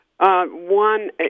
One